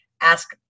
ask